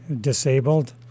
disabled